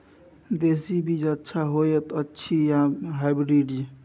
देसी बीज अच्छा होयत अछि या हाइब्रिड?